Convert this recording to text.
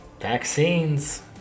vaccines